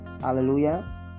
hallelujah